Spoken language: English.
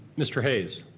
mr. hayes,